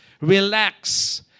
relax